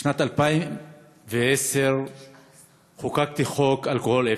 בשנת 2010 חוקקתי חוק 0%